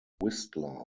whistler